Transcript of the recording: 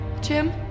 Jim